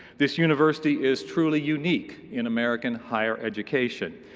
this university is truly unique in american higher education.